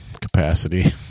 capacity